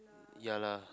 ya lah